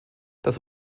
das